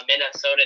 Minnesota